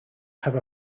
have